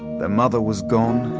their mother was gone,